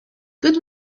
good